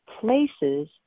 places